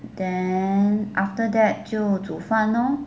then after that 就煮饭 lor